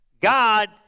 God